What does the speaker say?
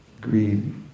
Greed